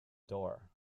door